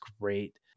great